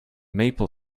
maple